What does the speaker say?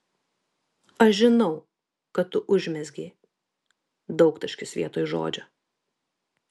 aš žinau kad tu užmezgei daugtaškis vietoj žodžio